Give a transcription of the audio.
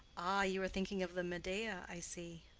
ah, you are thinking of the medea, i see.